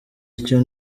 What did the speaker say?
icyo